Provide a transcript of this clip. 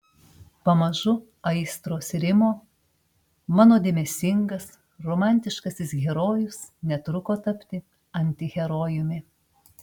pamažu aistros rimo mano dėmesingas romantiškasis herojus netruko tapti antiherojumi